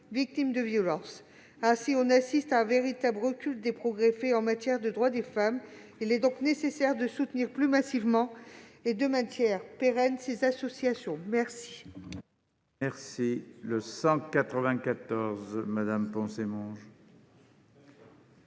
victimes de violences. On assiste ainsi à un véritable recul des progrès faits en matière de droits des femmes ; il est donc nécessaire de soutenir plus massivement et de manière pérenne ces associations.